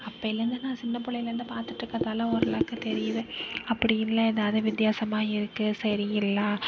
அப்போயிலேருந்து நான் சின்னப் பிள்ளையிலேருந்து பார்த்துட்டு இருக்கதால் ஓரளவுக்குத் தெரியுது அப்படி இல்லை எதாவது வித்தியாசமாக இருக்குது சரியில்ல